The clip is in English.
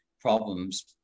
problems